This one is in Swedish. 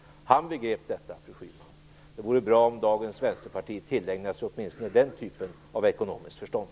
Han begrep detta, fru Schyman. Det vore bra om dagens vänsterparti tillägnades åtminstone den typen av ekonomiskt förstånd.